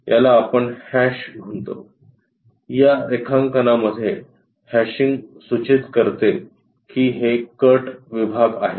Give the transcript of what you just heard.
याला आपण हॅश म्हणतो या रेखांकनामध्ये हॅशिंग सूचित करते की हे कट विभाग आहेत